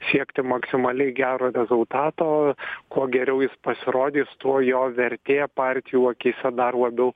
siekti maksimaliai gero rezultato kuo geriau jis pasirodys tuo jo vertė partijų akyse dar labiau